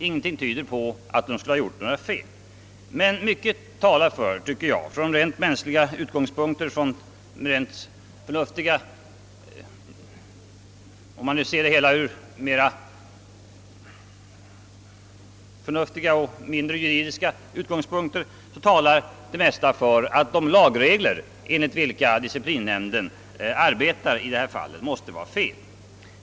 Ingenting tyder på att disciplinnämnden skulle ha gjort några fel, men mycket talar för — om man ser saken mindre ur juridisk synpunkt och mera från rent förnuftiga, mänskliga utgångspunkter — att de lagregler, enligt vilka disciplinnämnden handlat i dessa fall, måste vara felaktiga.